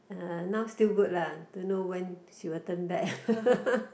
uh now still good lah don't know when she will turn back